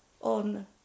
on